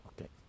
Okay